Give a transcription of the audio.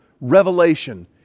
Revelation